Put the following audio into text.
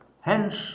Hence